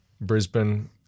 Brisbane